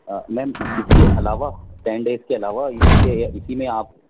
میم اس کے علاوہ ٹین ڈیز کے علاوہ اسی میں آپ